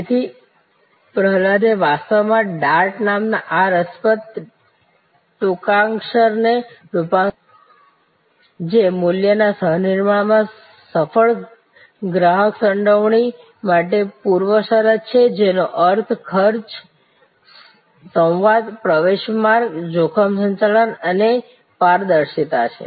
તેથી પ્રહલાદે વાસ્તવમાં ડાર્ટ નામના આ રસપ્રદ ટૂંકાક્ષરને રૂપરેખાંકિત કર્યું છે જે મૂલ્યના સહ નિર્માણમાં સફળ ગ્રાહક સંડોવણી માટે પૂર્વશરત છે જેનો અર્થ ખર્ચ સંવાદ પ્રવેશ માર્ગ જોખમ સંચાલન અને પારદર્શિતા છે